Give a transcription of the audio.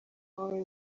wawe